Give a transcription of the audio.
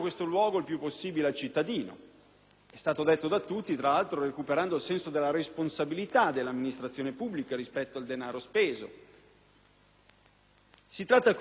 È stato detto da tutti, tra l'altro, che bisogna realizzare ciò recuperando il senso della responsabilità dell'amministrazione pubblica rispetto al denaro speso. Si tratta di ridurre gli sprechi, migliorare